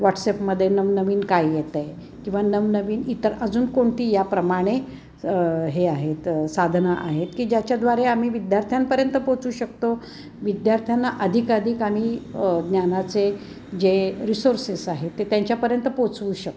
व्हॉट्सॲपमध्ये नवनवीन काय येत आहे किंवा नवनवीन इतर अजून कोणती याप्रमाणे हे आहेत साधनं आहेत की ज्याच्याद्वारे आम्ही विद्यार्थ्यांपर्यंत पोचू शकतोविद्यार्थ्यांना अधिकाधिक आम्ही ज्ञानाचे जे रिसोर्सेस आहेत ते त्यांच्यापर्यंत पोचवू शकतो